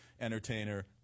entertainer